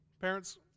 Parents